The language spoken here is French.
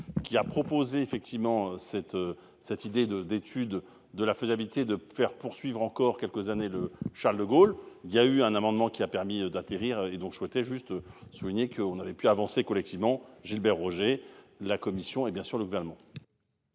qui a proposé effectivement cette cette idée de d'étude de la faisabilité de faire poursuivre encore quelques années le Charles-de-Gaulle. Il y a eu un amendement qui a permis d'atterrir et donc je souhaitais juste souligner qu'on avait pu avancer collectivement Gilbert Roger. La commission et bien sûr le gouvernement.